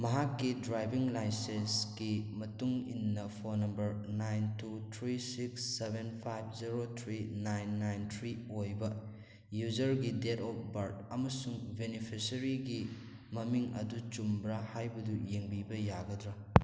ꯃꯍꯥꯛꯀꯤ ꯗ꯭ꯔꯥꯏꯚꯤꯡ ꯂꯥꯏꯁꯦꯟꯁꯀꯤ ꯃꯇꯨꯡ ꯏꯟꯅ phone number nine two three six seven five zero three nine nine three ꯑꯣꯏꯕ ꯌꯨꯖꯔꯒꯤ ꯗꯦꯠ ꯑꯣꯐ ꯕꯔꯊ ꯑꯃꯁꯨꯡ ꯕꯦꯅꯤꯐꯤꯁꯔꯤꯒꯤ ꯃꯃꯤꯡ ꯑꯗꯨ ꯆꯨꯝꯕ꯭ꯔꯥ ꯍꯥꯏꯕꯗꯨ ꯌꯦꯡꯕꯤꯕ ꯌꯥꯒꯗ꯭ꯔꯥ